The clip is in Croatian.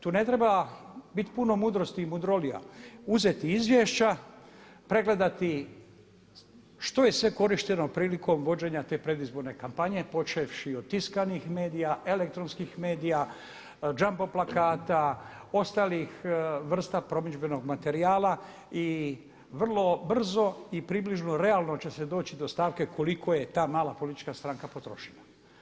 Tu ne treba biti puno mudrosti i mudrolija, uzeti izvješća pregledati što je sve korišteno prilikom vođenja te predizborne kampanje, počevši od tiskanih medija, elektronskih medija, džambo plakata, ostalih vrsta promidžbenog materijala i vrlo brzo i približno realno će se doći do stavke koliko je ta mala politička stranka potrošila.